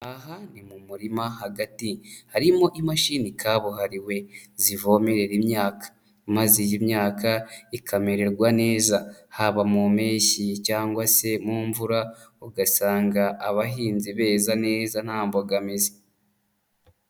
Aha ni mu murima hagati. Harimo imashini kabuhariwe zivomerera imyaka, maze iyi myaka ikamererwa neza, haba mu mpeshyi cyangwa se mu mvura, ugasanga abahinzi beza neza nta mbogamizi.